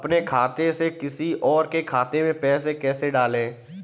अपने खाते से किसी और के खाते में पैसे कैसे डालें?